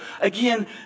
again